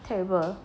terrible